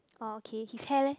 oh okay his hair leh